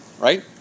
right